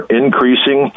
increasing